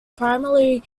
primarily